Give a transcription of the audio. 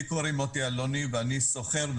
אני שוכר,